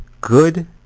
good